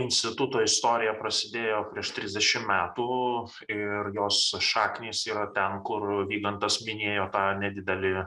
instituto istorija prasidėjo prieš trisdešim metų ir jos šaknys yra ten kur vygandas minėjo tą nedidelį